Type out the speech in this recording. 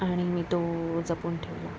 आणि मी तो जपून ठेवला